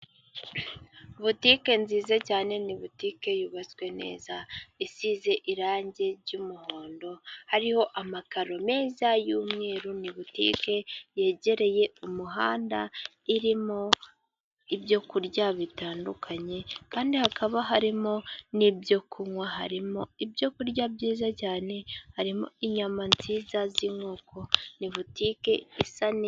Butike nziza cyane ni butike yubatswe neza isize irangi ry'umuhondo, hariho amakaro meza y'umweru ni butike yegereye umuhanda, irimo ibyo kurya bitandukanye kandi hakaba harimo n'ibyo kunywa, harimo ibyokurya byiza cyane harimo inyama nziza z'inkoko, ni butike isa neza.